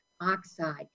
oxide